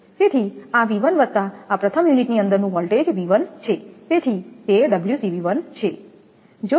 તેથી આ 𝑉1 વત્તા આ પ્રથમ યુનિટની અંદરનું વોલ્ટેજ 𝑉1 છે તેથી તે 𝜔𝐶𝑉1 છે